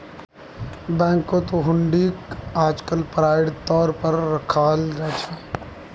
बैंकत हुंडीक आजकल पढ़ाई तौर पर रखाल जा छे